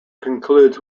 concludes